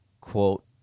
quote